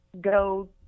go